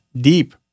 deep